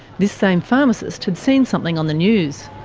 this same pharmacist had seen something on the news.